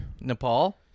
Nepal